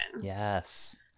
Yes